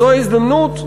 זאת ההזדמנות,